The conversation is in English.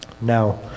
now